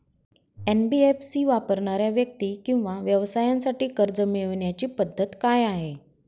NBFC वापरणाऱ्या व्यक्ती किंवा व्यवसायांसाठी कर्ज मिळविण्याची पद्धत काय आहे?